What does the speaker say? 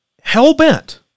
hell-bent